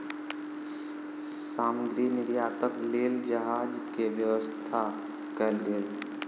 सामग्री निर्यातक लेल जहाज के व्यवस्था कयल गेल